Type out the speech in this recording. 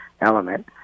element